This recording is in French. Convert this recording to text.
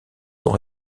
sont